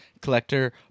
collector